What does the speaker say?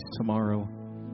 tomorrow